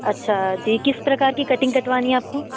अच्छा जी किस प्रकार की कटिंग कटवानी है आपको